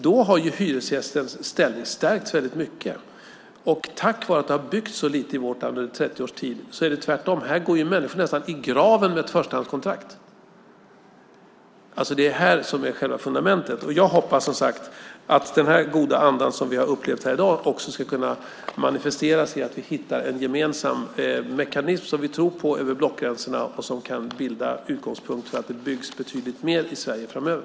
Därmed har hyresgästens ställning kraftigt stärkts. På grund av att det under 30 års tid byggts så lite i vårt land är förhållandet hos oss det omvända. Människor går nästan i graven med ett förstahandskontrakt. Där ligger själva fundamentet. Jag hoppas, som sagt, att den goda anda som vi upplevt här i dag också ska kunna manifesteras i att vi över blockgränserna hittar en gemensam mekanism som vi tror på och som kan bilda utgångspunkt för att det byggs betydligt mer i Sverige framöver.